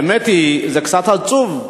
האמת היא שזה קצת עצוב,